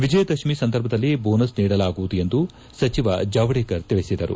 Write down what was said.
ವಿಜಯದಶಮಿ ಸಂದರ್ಭದಲ್ಲಿ ಬೋನಸ್ ನೀಡಲಾಗುವುದು ಎಂದು ಸಚಿವ ಜಾವಡೇಕರ್ ತಿಳಿಸಿದರು